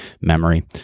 memory